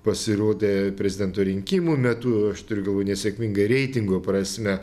pasirodė prezidento rinkimų metu aštriu galu nesėkminga reitingo prasme